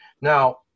Now